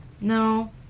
No